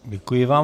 Děkuji vám.